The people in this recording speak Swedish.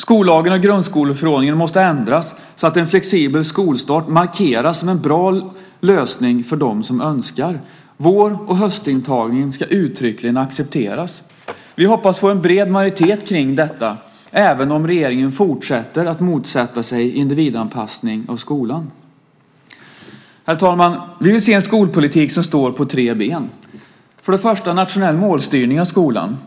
Skollagen och grundskoleförordningen måste ändras så att en flexibel skolstart markeras som en bra lösning för dem som så önskar. Vår och höstintagning ska uttryckligen accepteras. Vi hoppas få en bred majoritet kring detta, även om regeringen fortsätter att motsätta sig individanpassning av skolan. Herr talman! Vi vill se en skolpolitik som står på tre ben. För det första vill vi se en nationell målstyrning av skolan.